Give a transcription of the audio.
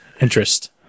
interest